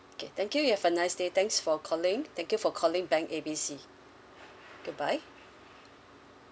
okay thank you you have a nice day thanks for calling thank you for calling bank A B C goodbye